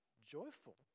joyful